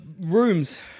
rooms